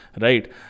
Right